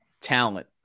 talent